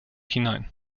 hinein